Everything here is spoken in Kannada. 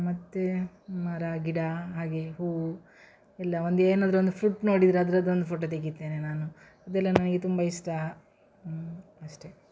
ಮತ್ತು ಮರ ಗಿಡ ಹಾಗೆ ಹೂವು ಎಲ್ಲಾ ಒಂದು ಏನಾದರು ಒಂದು ಫುಡ್ ನೋಡಿದರೆ ಅದ್ರದ್ದೊಂದು ಫೋಟೊ ತೆಗಿತೇನೆ ನಾನು ಅದೆಲ್ಲ ನನಗೆ ತುಂಬ ಇಷ್ಟ ಅಷ್ಟೆ